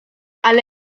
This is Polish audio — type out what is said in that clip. ale